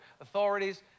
authorities